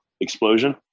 Explosion*